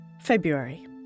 February